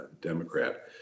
Democrat